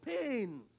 pain